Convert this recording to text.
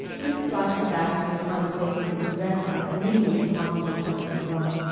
this flashes back to the conversation with his grandfather immediately upon his return from rome.